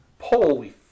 Holy